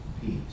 peace